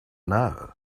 now